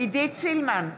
עידית סילמן,